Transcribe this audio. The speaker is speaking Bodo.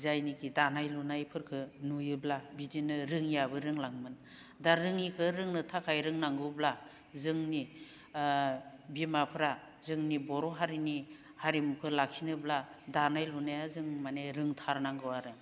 जायनोकि दानाय लुनायफोरखो नुयोब्ला बिदिनो रोङियाबो रोंलाङोमोन दा रोङिखौ रोंनो थाखाय रोंनांगौब्ला जोंनि बिमाफ्रा जोंनि बर' हारिनि हारिमुखौ लाखिनोब्ला दानाय लुनाया जों माने रोंथारनांगौ आरो